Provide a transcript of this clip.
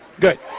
Good